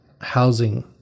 housing